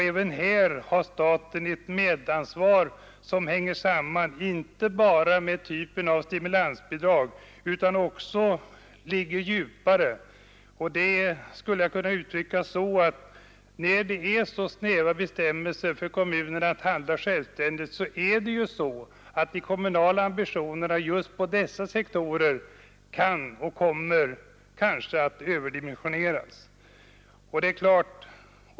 Även här har staten ett medansvar som inte bara hänger samman med typen av stimulansbidrag utan också ligger djupare. Detta skulle jag kunna uttrycka så att när det är så skeva bestämmelser för kommunerna då det gäller att handla självständigt kan de kommunala ambitionerna just på dessa sektorer överdimensioneras.